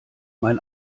mein